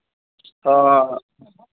ᱚᱻ